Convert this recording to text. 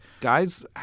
Guys